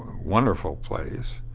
wonderful place.